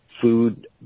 food